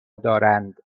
دارند